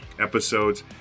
episodes